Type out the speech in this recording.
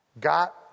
got